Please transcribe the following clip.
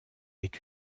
est